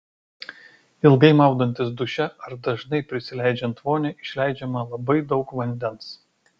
ilgai maudantis duše ar dažnai prisileidžiant vonią išleidžiama labai daug vandens